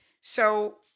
So-